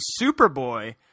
Superboy